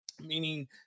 meaning